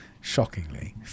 shockingly